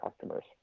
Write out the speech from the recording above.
customers